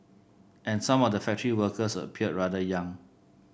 and some of the factory workers appeared rather young